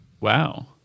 Wow